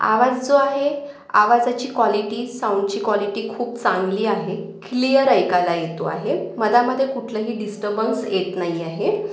आवाज जो आहे आवाजाची कॉलिटी साउणची कॉलिटी खूप चांगली आहे क्लियर ऐकायला येतो आहे मदामध्ये कुठलंही डीस्टंबन्स येत नाही आहे